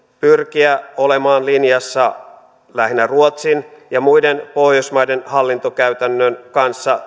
pyrkiä olemaan linjassa lähinnä ruotsin ja muiden pohjoismaiden hallintokäytännön kanssa